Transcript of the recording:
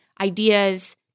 ideas